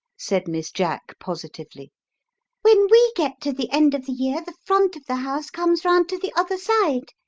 said miss jack positively when we get to the end of the year the front of the house comes round to the other side,